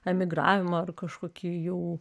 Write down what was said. emigravimą ar kažkokį jų